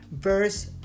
verse